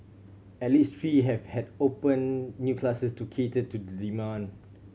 at least three have had open new classes to cater to the demand